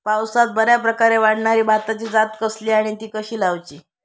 पावसात बऱ्याप्रकारे वाढणारी भाताची जात कसली आणि ती कशी लाऊची?